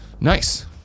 Nice